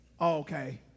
Okay